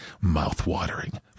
Mouth-watering